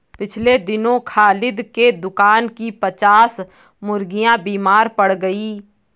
पिछले दिनों खालिद के दुकान की पच्चास मुर्गियां बीमार पड़ गईं